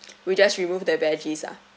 we just remove the veggies ah